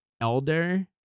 elder